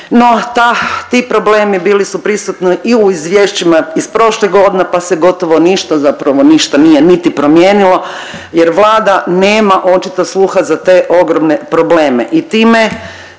ta, ti problemi bili su prisutni i u izvješćima iz prošlih godina, pa se gotovo ništa, zapravo ništa nije niti promijenilo jer Vlada nema očito sluha za te ogromne probleme